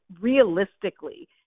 realistically